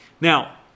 Now